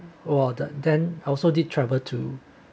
!wah! then then I also did travel to